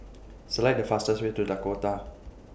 Select The fastest Way to Dakota